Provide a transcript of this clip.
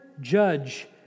judge